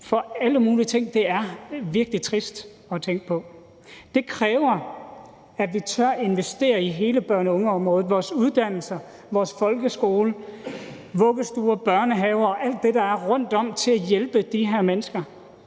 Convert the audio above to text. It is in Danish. for alle mulige ting, er det virkelig trist at tænke på. Det kræver, at vi tør investere i hele børne- og ungeområdet, i vores uddannelser, vores folkeskole, vuggestuer, børnehaver og alt det, der er rundt om til at hjælpe de her mennesker.